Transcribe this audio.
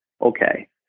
okay